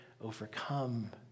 overcome